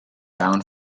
down